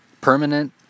permanent